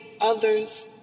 others